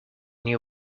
new